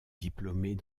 diplômée